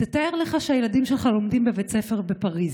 תתאר לך שהילדים שלך לומדים בבית ספר בפריז,